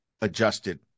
adjusted